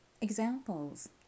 Examples